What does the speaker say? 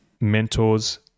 mentors